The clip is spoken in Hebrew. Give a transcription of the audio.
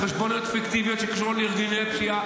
בחשבוניות פיקטיביות שקשורות לארגוני פשיעה,